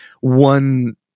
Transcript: one